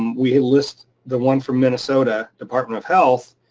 we list the one from minnesota department of health,